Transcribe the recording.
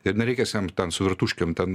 ir nereikės jam ten su virtuškėm ten